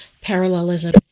parallelism